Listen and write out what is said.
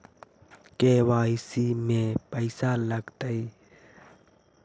KYC में पैसा लगतै?